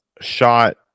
shot